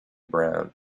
brown